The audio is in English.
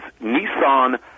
Nissan